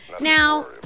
Now